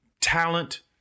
talent